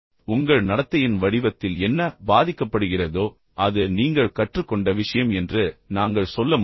உங்கள் நடத்தையின் வடிவத்தில் என்ன பாதிக்கப்படுகிறதோ அது நீங்கள் கற்றுக்கொண்ட விஷயம் என்று நாங்கள் சொல்ல முடியும்